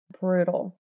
brutal